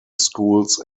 schools